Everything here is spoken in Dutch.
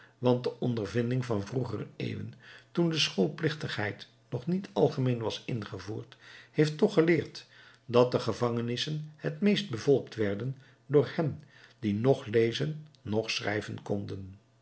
want de ondervinding van vroegere eeuwen toen de schoolplichtigheid nog niet algemeen was ingevoerd heeft geleerd dat de gevangenissen het meest bevolkt werden door hen die noch lezen noch schrijven konden